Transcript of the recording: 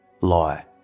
lie